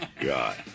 God